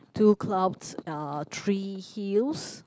two clouds uh three hills